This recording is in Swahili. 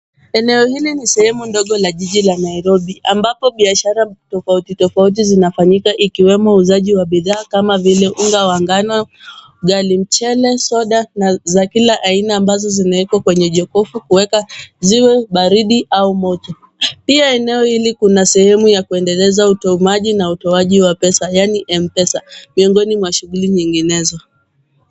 Eneo hili ni sehemu ndogo la jiji la Nairobi ambapo biashara tofauti tofauti zinafanyika ikiwemo uuzaji wa bidhaa kama vile unga wa ngano, ugali , mchele , soda za kila aina ambazo zimewekwa kwenye jokofu kuweka ziwe baridi au moto. Pia eneo hili kuna sehemu ya kuendeleza utumaji na utoaji wa pesa yani M-pesa miongoni mwa shughuli nyinginezo.